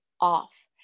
off